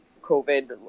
COVID